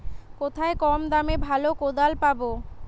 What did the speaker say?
কোথায় কম দামে ভালো কোদাল পাব?